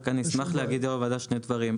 אני אשמח להגיד ליו"ר הוועדה שני דברים.